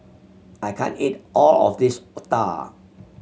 I can't eat all of this otah